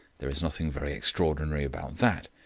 there is nothing very extraordinary about that.